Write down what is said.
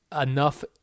enough